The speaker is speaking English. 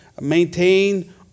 maintain